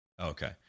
Okay